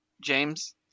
James